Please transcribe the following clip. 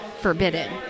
forbidden